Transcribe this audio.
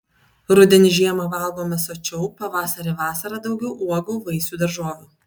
rudenį žiemą valgome sočiau pavasarį vasarą daugiau uogų vaisių daržovių